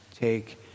take